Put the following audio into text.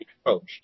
approached